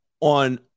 on